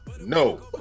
No